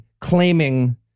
claiming